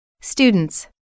Students